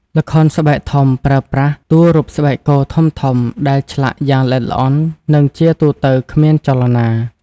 ល្ខោនស្បែកធំប្រើប្រាស់ តួរូបស្បែកគោធំៗ ដែលឆ្លាក់យ៉ាងល្អិតល្អន់ និងជាទូទៅគ្មានចលនា។